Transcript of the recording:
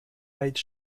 made